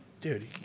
dude